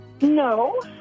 No